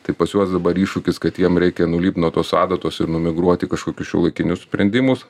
tai pas juos dabar iššūkis kad jiem reikia nulipt nuo tos adatos ir numigruot į kažkokius šiuolaikinius sprendimus